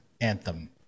anthem